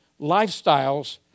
lifestyles